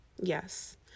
yes